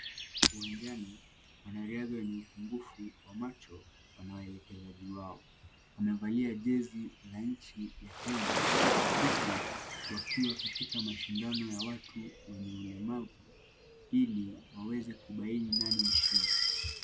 Uwanjani, wanariadha wenye upungufu wa macho wana waelekezaji wao, wanavalia jezi la nchi ya Kenya huku wakiwa katika mashindano ya watu wenye ulemavu ili waweze kubaini nani mshindi.